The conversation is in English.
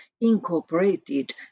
incorporated